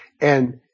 and-